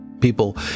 people